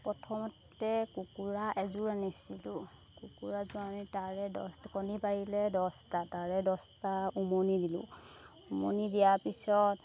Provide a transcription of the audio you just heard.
প্ৰথমতে কুকুৰা এযোৰ আনিছিলোঁ কুকুৰাযোৰ আমি তাৰে দহ কণী পাৰিলে দছটা তাৰে দছটা উমনি দিলোঁ উমনি দিয়াৰ পিছত